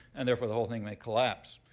and therefore, the whole thing might collapse.